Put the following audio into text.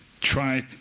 try